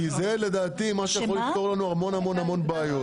לדעתי זה יכול לפתור לנו המון בעיות.